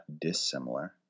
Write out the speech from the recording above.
dissimilar